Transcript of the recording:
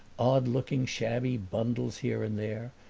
odd-looking shabby bundles here and there,